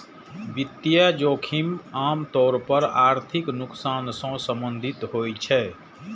वित्तीय जोखिम आम तौर पर आर्थिक नुकसान सं संबंधित होइ छै